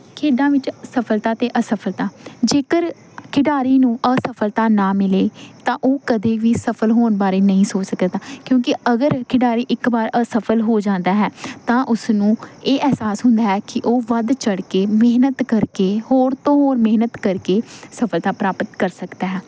ਖੇਡਾਂ ਵਿਚ ਸਫਲਤਾ ਅਤੇ ਅਸਫਲਤਾ ਜੇਕਰ ਖਿਡਾਰੀ ਨੂੰ ਅਸਫਲਤਾ ਨਾ ਮਿਲੇ ਤਾਂ ਉਹ ਕਦੇ ਵੀ ਸਫਲ ਹੋਣ ਬਾਰੇ ਨਹੀਂ ਸੋਚ ਸਕਦਾ ਕਿਉਂਕਿ ਅਗਰ ਖਿਡਾਰੀ ਇੱਕ ਵਾਰ ਅਸਫਲ ਹੋ ਜਾਂਦਾ ਹੈ ਤਾਂ ਉਸਨੂੰ ਇਹ ਅਹਿਸਾਸ ਹੁੰਦਾ ਹੈ ਕਿ ਉਹ ਵੱਧ ਚੜ੍ਹ ਕੇ ਮਿਹਨਤ ਕਰਕੇ ਹੋਰ ਤੋਂ ਹੋਰ ਮਿਹਨਤ ਕਰਕੇ ਸਫਲਤਾ ਪ੍ਰਾਪਤ ਕਰ ਸਕਦਾ ਹੈ